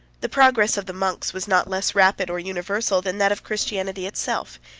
the progress of the monks was not less rapid, or universal, than that of christianity itself.